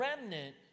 remnant